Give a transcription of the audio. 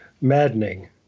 maddening